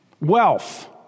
Wealth